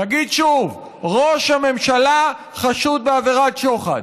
נגיד שוב: ראש הממשלה חשוד בעבירת שוחד.